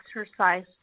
exercise